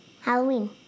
Halloween